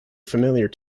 familiar